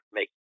make